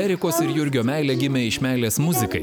erikos ir jurgio meilė gimė iš meilės muzikai